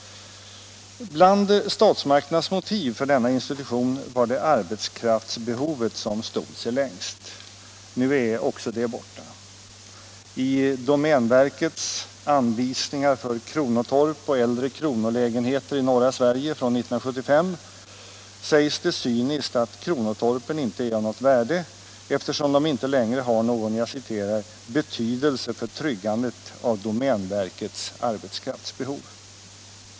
Bland statsmakternas motiv för denna institution var det arbetskraftsbehovet som stod sig längst. Nu är också det borta. I domänverkets ”anvisningar för kronotorp och äldre kronolägenheter i norra Sverige” från 1975 säges cyniskt att kronotorpen inte är av något värde, eftersom de inte längre har någon ”betydelse för tryggandet av domänverkets arbetskraftsbehov”.